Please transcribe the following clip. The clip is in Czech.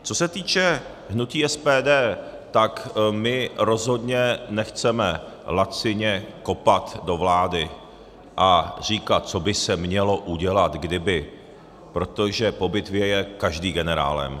Co se týče hnutí SPD, tak my rozhodně nechceme lacině kopat do vlády a říkat, co by se mělo udělat kdyby, protože po bitvě je každý generálem.